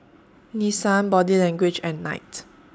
Nissan Body Language and Knight